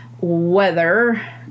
weather